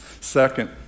Second